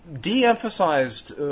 de-emphasized